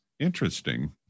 interesting